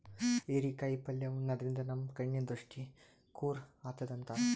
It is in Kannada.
ಹಿರೇಕಾಯಿ ಪಲ್ಯ ಉಣಾದ್ರಿನ್ದ ನಮ್ ಕಣ್ಣಿನ್ ದೃಷ್ಟಿ ಖುರ್ ಆತದ್ ಅಂತಾರ್